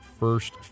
first